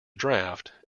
draft